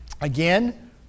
again